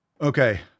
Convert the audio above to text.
Okay